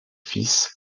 fils